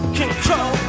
control